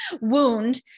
wound